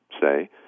say